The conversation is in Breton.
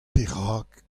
perak